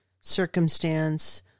circumstance